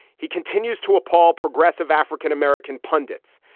he continues to appall progressive african-american pundits.